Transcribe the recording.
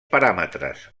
paràmetres